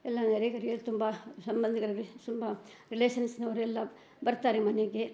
ಎಲ್ಲ ನೆರೆಕೆರೆಯವ್ರು ತುಂಬ ಸಂಬಂಧಿಕ್ರು ಸಂಬ ರಿಲೇಶನ್ಸ್ನವರೆಲ್ಲ ಬರ್ತಾರೆ ಮನೆಗೆ